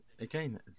Again